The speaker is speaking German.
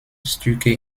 stücke